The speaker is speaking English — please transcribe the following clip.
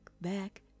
back